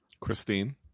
Christine